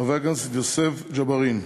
חבר הכנסת יוסף ג'בארין,